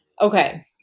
Okay